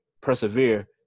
persevere